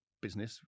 business